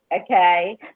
okay